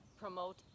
promote